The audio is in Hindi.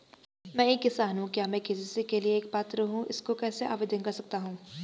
मैं एक किसान हूँ क्या मैं के.सी.सी के लिए पात्र हूँ इसको कैसे आवेदन कर सकता हूँ?